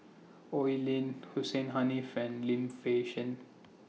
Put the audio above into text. Oi Lin Hussein Haniff and Lim Fei Shen